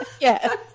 Yes